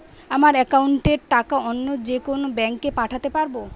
আমার একাউন্টের টাকা অন্য যেকোনো ব্যাঙ্কে পাঠাতে পারব?